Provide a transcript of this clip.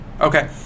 Okay